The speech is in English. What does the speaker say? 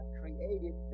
created